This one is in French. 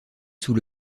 sous